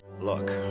look